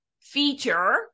feature